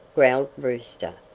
growled brewster,